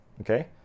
okay